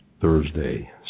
Thursday